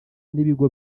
n’ibigo